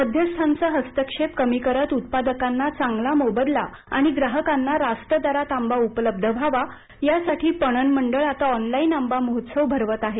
मध्यस्थांचा हस्तक्षेप कमी करत उत्पादकांना चांगला मोबदला आणि ग्राहकांना रास्त दरात आंबा उपलब्ध व्हावा यासाठी पणन मंडळ आता ऑनलाईन आंबा महोत्सव भरवत आहे